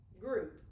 group